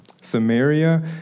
Samaria